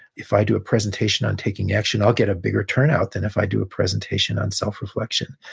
if i do a presentation on taking action, i'll get a bigger turnout than if i do a presentation on self-reflection.